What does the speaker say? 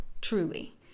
truly